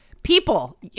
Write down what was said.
People